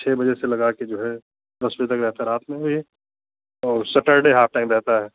छः बजे से लगाकर जो है दस बजे तक रहता है रात में भी और सैटरडे हाफ टाइम रहता है